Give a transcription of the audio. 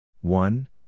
one